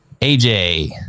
aj